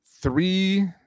Three